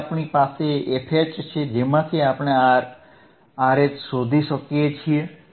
પછી આપણી પાસે fH છે જેમાંથી આપણે આ RH શોધી શકીએ છીએ